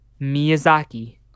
Miyazaki